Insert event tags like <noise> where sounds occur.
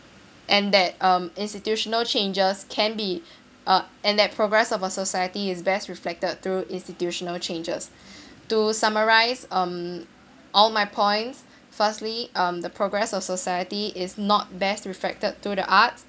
and that um institutional changes can be uh and that progress of a society is best reflected through institutional changes <breath> to summarise um all my points firstly um the progress of society is not best reflected through the arts